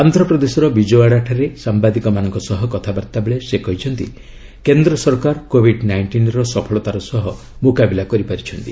ଆନ୍ଧ୍ରପ୍ରଦେଶର ବିଜୟଓ୍ୱାଡା ଠାରେ ସାମ୍ଘାଦିକମାନଙ୍କ ସହ କଥାବାର୍ତ୍ତା ବେଳେ ସେ କହିଛନ୍ତି କେନ୍ଦ୍ର ସରକାର କୋବିଡ୍ ନାଇଷ୍ଟିନ୍ର ସଫଳତାର ସହ ମୁକାବିଲା କରିପାରିଛନ୍ତି